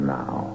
now